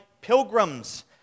pilgrims